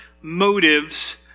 motives